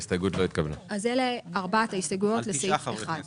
בסעיף 11 אם אני לא טועה, לגבי הקנס.